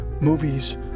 movies